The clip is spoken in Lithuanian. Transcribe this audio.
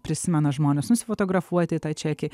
prisimena žmonės nusifotografuoti tą čekį